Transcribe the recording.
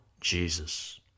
Jesus